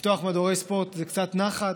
לפתוח מדורי ספורט זה קצת נחת.